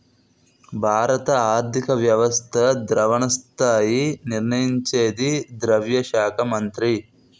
భారత ఆర్థిక వ్యవస్థ ద్రవణ స్థాయి నిర్ణయించేది ద్రవ్య శాఖ మంత్రి